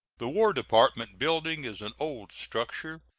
the war department building is an old structure,